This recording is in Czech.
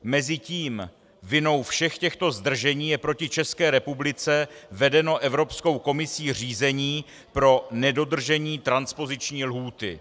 Mezitím vinou všech těchto zdržení je proti České republice vedeno Evropskou komisí řízení pro nedodržení transpoziční lhůty.